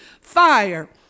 fire